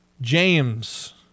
James